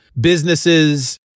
businesses